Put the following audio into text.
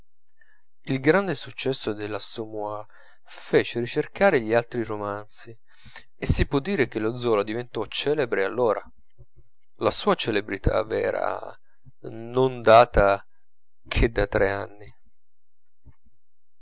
il grande successo dell'assommoir fece ricercare gli altri romanzi e si può dire che lo zola diventò celebre allora la sua celebrità vera non data che da tre anni